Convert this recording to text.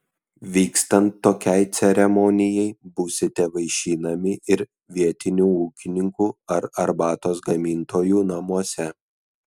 vykstant tokiai ceremonijai būsite vaišinami ir vietinių ūkininkų ar arbatos gamintojų namuose